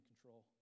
control